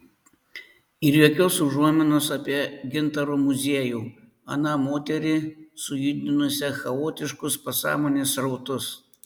ir jokios užuominos apie gintaro muziejų aną moterį sujudinusią chaotiškus pasąmonės srautus